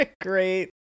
great